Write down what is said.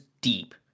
deep